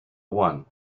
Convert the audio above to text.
one